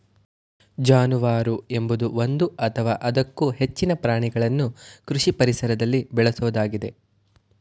ಜಾನುವಾರು ಎಂಬುದು ಒಂದು ಅಥವಾ ಅದಕ್ಕೂ ಹೆಚ್ಚಿನ ಪ್ರಾಣಿಗಳನ್ನು ಕೃಷಿ ಪರಿಸರದಲ್ಲಿ ಬೇಳೆಸೋದಾಗಿದೆ